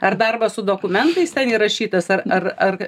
ar darbas su dokumentais ten įrašytas ar ar ar